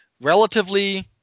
relatively